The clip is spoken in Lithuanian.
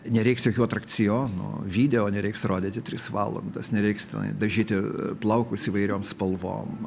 nereiks jokių atrakcionų video nereiks rodyti tris valandas nereiks tenai dažyti plaukus įvairiom spalvom